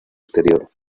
exterior